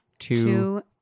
Two